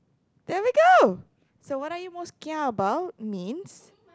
there we go so what are you most kia about means